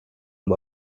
dem